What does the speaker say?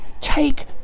Take